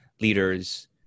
leaders